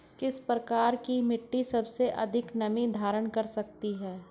किस प्रकार की मिट्टी सबसे अधिक नमी धारण कर सकती है?